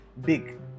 big